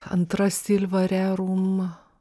antra silva rerum